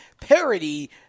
parody